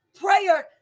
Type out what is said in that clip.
Prayer